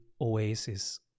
oasis